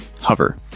hover